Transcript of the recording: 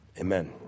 Amen